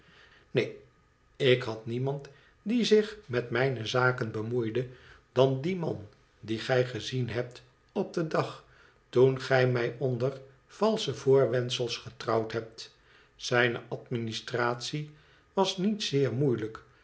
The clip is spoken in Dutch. ineen ik had niemand die zich met mijne zaken bemoeide dan dien man dien gij gezien hebt op den dag toen gij mij onder valsche voor wendsels getrouwd hebt zijne administratie was niet zeer moeilijk